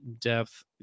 depth